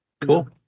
Cool